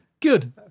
Good